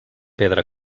pedra